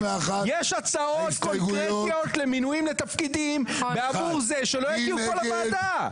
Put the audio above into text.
יש הצעות קונקרטיות למינויים לתפקידים בעבור זה שלא יגיעו לפה לוועדה.